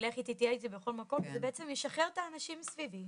תהיה איתי בכל מקום ובעצם לשחרר את האנשים סביבי,